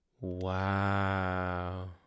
Wow